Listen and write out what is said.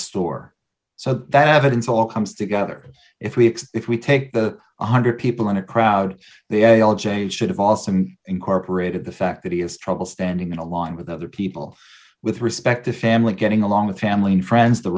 store so that evidence all comes together if we accept if we take the one hundred people in a crowd they all change should have also incorporated the fact that he has trouble standing in a line with other people with respect to family getting along with family and friends the